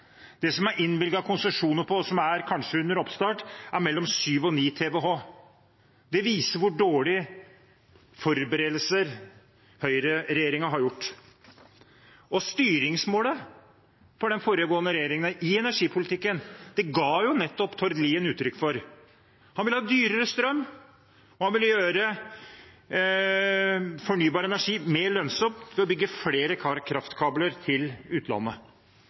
Det som det er innvilget konsesjoner på, og som kanskje er under oppstart, er mellom 7 og 9 TWh. Det viser hvor dårlige forberedelser høyreregjeringen har gjort. Styringsmålet for den foregående regjeringens energipolitikk ga nettopp Tord Lien uttrykk for. Han ville ha dyrere strøm, han ville gjøre fornybar energi mer lønnsom ved å bygge flere kraftkabler til utlandet,